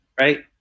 right